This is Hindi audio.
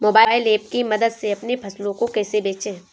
मोबाइल ऐप की मदद से अपनी फसलों को कैसे बेचें?